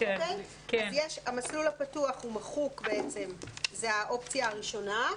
המסלול הפתוח מחוק, וזו האופציה הראשונה.